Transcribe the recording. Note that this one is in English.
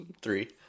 Three